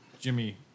Jimmy